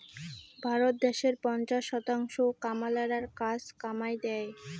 ভারতত দ্যাশের পঞ্চাশ শতাংশ কামলালার কাজ কামাই দ্যায়